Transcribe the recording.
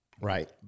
right